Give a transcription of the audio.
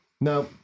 Now